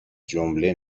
جمله